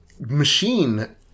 machine